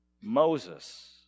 Moses